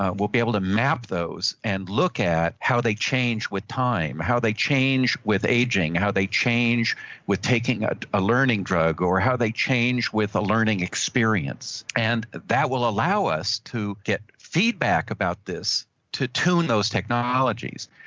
ah we'll be able to map those and look at how they change with time, how they change with aging. how they change with taking a learning drug, or how they change with a learning experience and that will allow us to get feedback about this to tune those technologies.